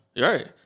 Right